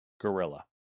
Gorilla